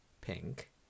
pink